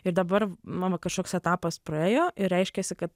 ir dabar mano kažkoks etapas praėjo ir reiškiasi kad